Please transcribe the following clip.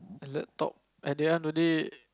laptop at the end of day